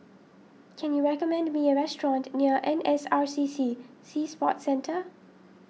can you recommend me a restaurant near N S R C C Sea Sports Centre